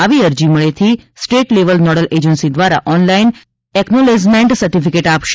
આવી અરજી મબ્યેથી સ્ટેટ લેવલ નોડલ એજન્સી દ્વારા ઓનલાઇન એકનોલેજમેન્ટ સર્ટીફિકેટ આપશે